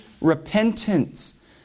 repentance